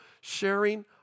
sharing